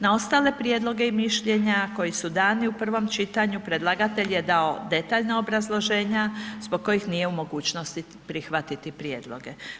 Na ostale prijedloge i mišljenja koji su dani u prvom čitanju predlagatelj je dao detaljna obrazloženja zbog kojih nije u mogućnosti prihvatiti prijedloge.